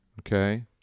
okay